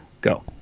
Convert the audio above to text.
go